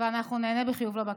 ואנחנו ניענה בחיוב לבקשה.